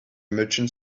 merchant